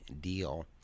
Deal